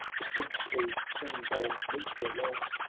distinctly seen by meteor-light,